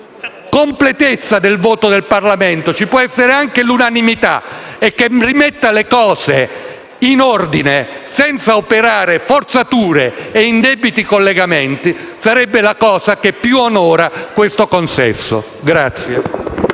la completezza di un voto del Parlamento e magari anche l'unanimità, che rimetta le cose in ordine, senza operare forzature e indebiti collegamenti, sarebbe la cosa che più onorerebbe questo consesso.